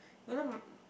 you know m~